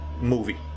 movie